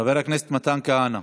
חבר הכנסת מתן כהנא,